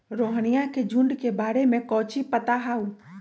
रोहिनया के झुंड के बारे में कौची पता हाउ?